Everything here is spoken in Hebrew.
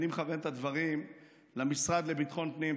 אני מכוון את הדברים למשרד לביטחון פנים,